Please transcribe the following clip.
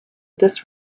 this